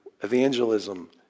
Evangelism